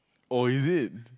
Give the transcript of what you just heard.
oh is it